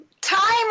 Time